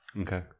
Okay